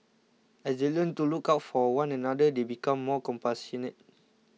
as they learn to look out for one another they become more compassionate